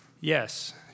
yes